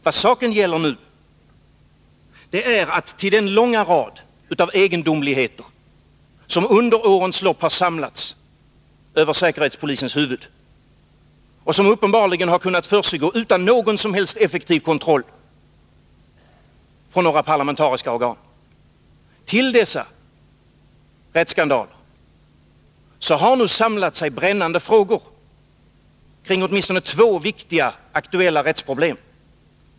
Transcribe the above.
Vad saken gäller nu är att det till den långa raden av egendomligheter, rättsskandaler, som under årens lopp samlats över säkerhetspolisens huvud och som uppenbarligen har kunnat försiggå utan någon som helst effektiv kontroll från några parlamentariska organ nu samlat sig brännande frågor kring åtminstone två viktiga aktuella rättsproblem.